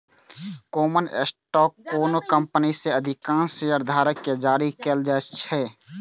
common stock कोनो company मे अधिकांश शेयरधारक कें जारी कैल जाइ छै